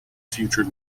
future